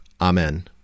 Amen